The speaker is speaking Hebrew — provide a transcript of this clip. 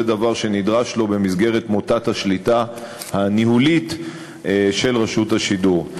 זה דבר שנדרש לו במסגרת מוטת השליטה הניהולית של רשות השידור.